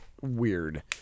weird